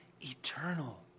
eternal